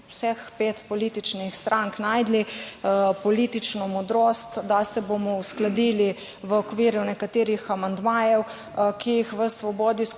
vseh pet političnih strank, našli politično modrost, da se bomo uskladili v okviru nekaterih amandmajev, ki jih v Svobodi skupaj